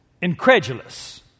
incredulous